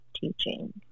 teaching